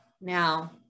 now